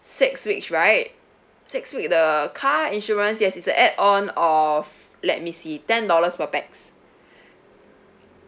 six weeks right six weeks the car insurance yes it's a add on of let me see ten dollars per pax